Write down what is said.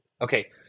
Okay